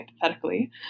hypothetically